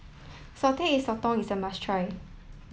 salted egg sotong is a must try